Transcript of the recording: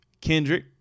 Kendrick